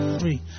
three